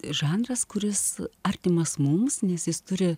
žanras kuris artimas mums nes jis turi